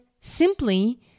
simply